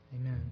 Amen